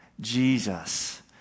Jesus